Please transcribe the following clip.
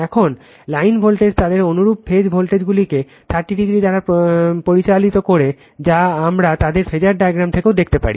এখন line voltage তাদের অনুরূপ ফেজ ভোল্টেজগুলিকে 30 ডিগ্রি দ্বারা পরিচালিত করে যা আমরা তাদের ফ্যাসার ডায়াগ্রাম থেকেও দেখতে পারি